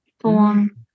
form